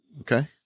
Okay